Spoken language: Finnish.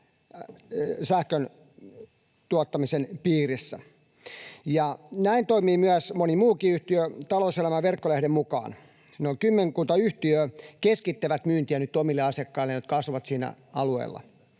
irtisanovat sopimuksen. Näin toimii moni muukin yhtiö Talouselämän verkkolehden mukaan. Kymmenkunta yhtiötä keskittää myyntiä nyt omille asiakkailleen, jotka asuvat siinä alueella.